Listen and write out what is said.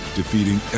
defeating